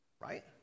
Right